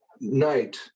night